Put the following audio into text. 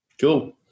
Cool